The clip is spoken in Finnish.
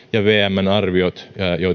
vmn arviot